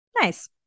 Nice